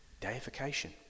deification